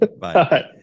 Bye